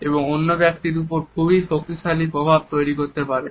এবং অন্য ব্যক্তিটি উপর খুবই শক্তিশালী প্রভাব তৈরি করতে পারে